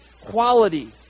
quality